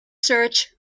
search